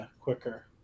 quicker